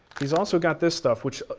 he's also got this stuff which,